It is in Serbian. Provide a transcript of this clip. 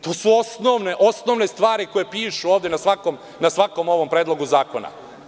To su osnovne stvari koje pišu na svakom predlogu zakona.